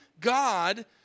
god